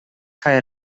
kaj